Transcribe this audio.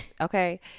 okay